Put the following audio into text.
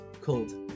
called